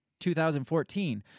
2014